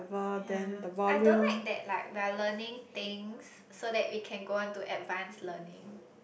yea I don't like that like we are learning things so that we can go on to advanced learning